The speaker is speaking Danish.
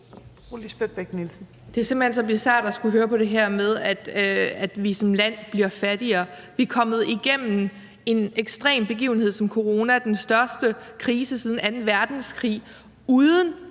hen så bizart at skulle høre på det her med, at vi som land bliver fattigere. Vi er kommet igennem en ekstrem begivenhed som corona, den største krise siden anden verdenskrig, uden